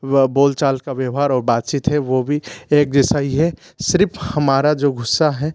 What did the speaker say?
बोल चाल का कीवहार और बातचीत है वो भी एक जैसा ही है सिर्फ़ हमारा जो ग़ुस्सा है